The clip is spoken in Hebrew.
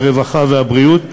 הרווחה והבריאות,